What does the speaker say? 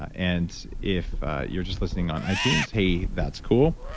and if you're just listening on itunes, hey, that's cool.